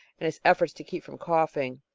and his efforts to keep from coughing.